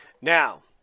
Now